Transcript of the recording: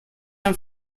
amb